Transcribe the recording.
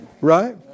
Right